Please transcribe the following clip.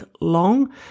long